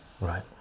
right